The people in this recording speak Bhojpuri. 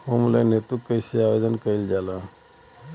होम लोन हेतु कइसे आवेदन कइल जाला?